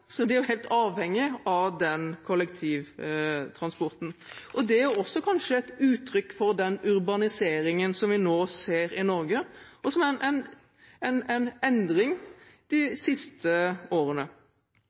er helt avhengig av kollektivtransport. Dette er kanskje også et uttrykk for den urbaniseringen som vi nå ser i Norge, og som har betydd en